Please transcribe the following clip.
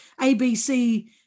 ABC